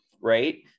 right